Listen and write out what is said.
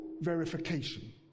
verification